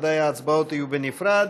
ההצבעות יהיו בנפרד: